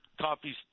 coffee